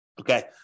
Okay